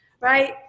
right